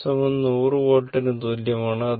R Vm 100 വോൾട്ടിന് തുല്യമാണ്